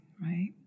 right